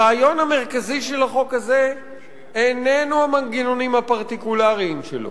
הרעיון המרכזי של החוק הזה איננו המנגנונים הפרטיקולריים שלו,